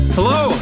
Hello